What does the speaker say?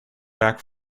back